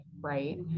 right